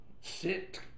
sit